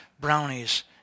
brownies